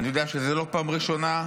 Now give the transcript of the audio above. אני יודע שזה לא פעם ראשונה.